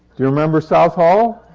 you remember south hall?